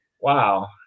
wow